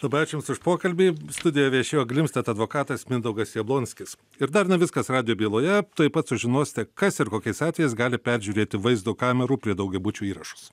labai ačiū jums už pokalbį studijo viešėjo glimstedt advokatas mindaugas jablonskis ir dar ne viskas radijo byloje tuoj pat sužinosite kas ir kokiais atvejais gali peržiūrėti vaizdo kamerų prie daugiabučių įrašus